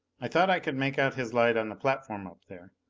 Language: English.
i thought i could make out his light on the platform up there.